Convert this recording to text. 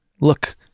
Look